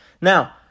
Now